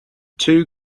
two